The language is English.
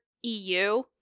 EU